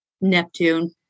Neptune